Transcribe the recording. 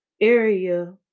area